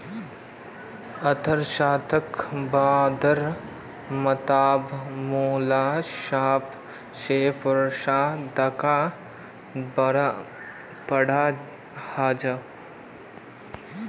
अर्थशाश्त्र शब्देर मतलब मूलरूप से पैसा टकार पढ़ाई होचे